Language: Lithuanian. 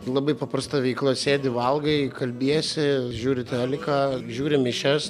labai paprasta veikla sėdi valgai kalbiesi žiūri teliką žiūri mišias